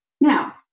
Now